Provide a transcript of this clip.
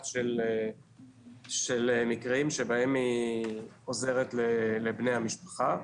של מקרים שבהם היא עוזרת לבני המשפחה.